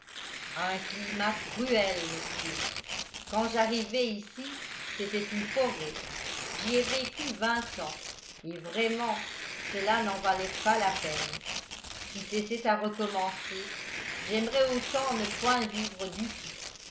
un climat cruel monsieur quand j'arrivai ici c'était une forêt j'y ai vécu vingt ans et vraiment cela n'en valait pas la peine si c'était à recommencer j'aimerais autant ne point vivre du tout